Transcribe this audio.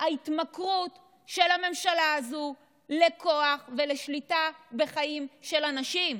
ההתמכרות של הממשלה הזאת לכוח ולשליטה בחיים של אנשים.